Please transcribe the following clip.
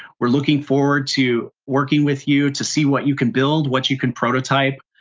we're looking forward to working with you to see what you can build, what you can prototype.